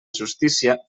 justícia